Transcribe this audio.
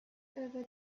over